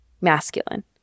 masculine